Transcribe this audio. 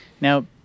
Now